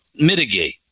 Mitigate